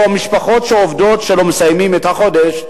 המשפחות שעובדות ולא מסיימות את החודש,